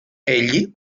egli